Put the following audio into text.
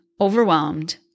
overwhelmed